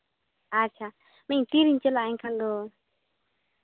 ᱟᱪᱪᱷᱟ ᱢᱮᱱᱮᱫ ᱟᱹᱧ ᱛᱤᱨᱤᱧ ᱪᱟᱞᱟᱜᱼᱟ ᱮᱱᱠᱷᱟᱱ ᱫᱚ